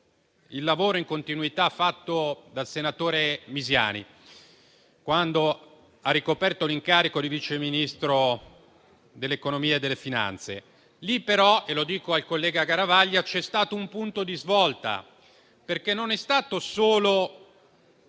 il lavoro fatto in continuità dal senatore Misiani, quando ha ricoperto l'incarico di vice Ministro dell'economia e delle finanze. In quel caso però - lo dico al collega Garavaglia - c'è stato un punto di svolta, perché non è stato solo